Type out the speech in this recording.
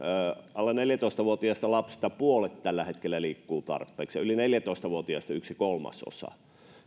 alle neljätoista vuotiaista lapsista puolet tällä hetkellä liikkuu tarpeeksi yli neljätoista vuotiaista yksi kolmasosa